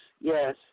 yes